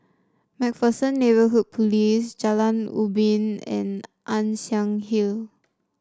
MacPherson Neighbourhood Police Post Jalan Ubin and Ann Siang Hill